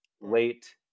late